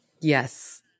Yes